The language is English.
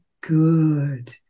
good